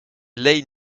leigh